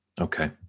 Okay